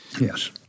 Yes